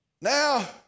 Now